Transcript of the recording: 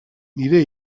nire